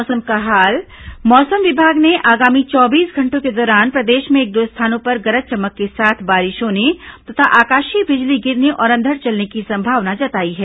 मौसम मौसम विभाग ने आगामी चौबीस घंटों के दौरान प्रदेश में एक दो स्थानों पर गरज चमक के साथ बारिश होने तथा आकाशीय बिजली गिरने और अंधड़ चलने की संभावना जताई है